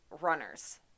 runners